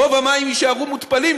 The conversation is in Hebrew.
רוב המים יישארו מותפלים,